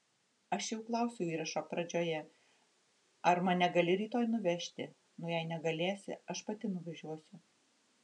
aš jau klausiau įrašo pradžioje ar mane gali rytoj nuvežti nu jei negalėsi aš pati nuvažiuosiu